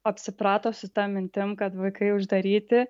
apsiprato su ta mintim kad vaikai uždaryti